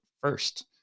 first